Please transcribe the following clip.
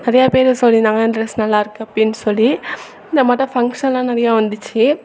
நிறையா பேர் சொல்லிருந்தாங்க ட்ரெஸ் நல்லாயிருக்கு அப்படின் சொல்லி இந்த மாட்டோம் ஃபங்க்ஷன்லாம் நிறையா வந்துச்சு